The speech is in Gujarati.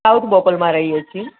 સાઉથ બોપલમાં રહીએ છીએ